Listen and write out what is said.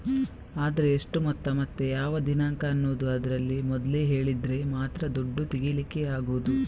ಆದ್ರೆ ಎಷ್ಟು ಮೊತ್ತ ಮತ್ತೆ ಯಾವ ದಿನಾಂಕ ಅನ್ನುದು ಅದ್ರಲ್ಲಿ ಮೊದ್ಲೇ ಹೇಳಿದ್ರೆ ಮಾತ್ರ ದುಡ್ಡು ತೆಗೀಲಿಕ್ಕೆ ಆಗುದು